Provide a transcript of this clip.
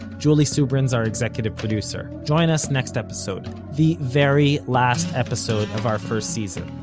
julie subrin's our executive producer. join us next episode, the very last episode of our first season,